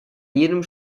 jedem